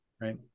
Right